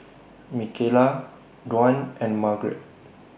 Mikaela Dwan and Margret